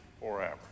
forever